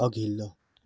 अघिल्लो